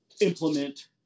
implement